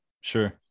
Sure